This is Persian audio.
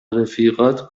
رفیقات